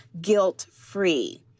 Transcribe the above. guilt-free